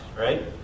right